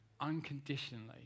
unconditionally